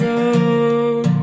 Road